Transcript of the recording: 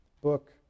book